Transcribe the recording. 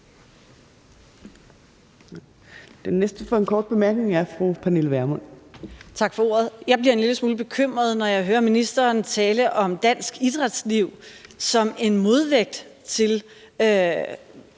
Den næste for en kort bemærkning er fru Pernille Vermund. Kl. 12:28 Pernille Vermund (NB): Tak for ordet. Jeg bliver en lille smule bekymret, når jeg hører ministeren tale om dansk idrætsliv som en modvægt til